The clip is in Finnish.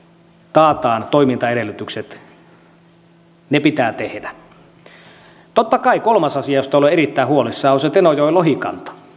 taataan toimintaedellytykset pitää tehdä kolmas asia josta olen erittäin huolissani on totta kai se tenojoen lohikanta